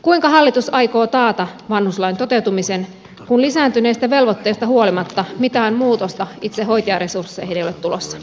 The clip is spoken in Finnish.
kuinka hallitus aikoo taata vanhuslain toteutumisen kun lisääntyneistä velvoitteista huolimatta mitään muutosta itse hoitajaresursseihin ei ole tulossa